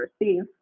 receive